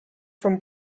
from